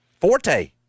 forte